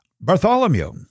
Bartholomew